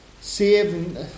save